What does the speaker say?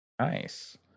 nice